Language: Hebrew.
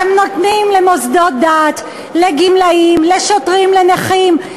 אתם נותנים למוסדות דת, לגמלאים, לשוטרים, לנכים.